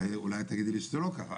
אולי את תגידי לי שזה לא ככה,